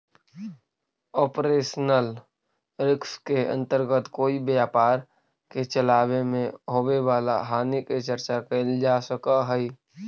operational risk के अंतर्गत कोई व्यापार के चलावे में होवे वाला हानि के चर्चा कैल जा सकऽ हई